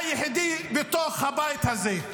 היחידי בתוך הבית הזה.